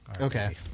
Okay